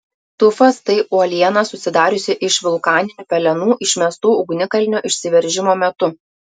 tufas tai uoliena susidariusi iš vulkaninių pelenų išmestų ugnikalnio išsiveržimo metu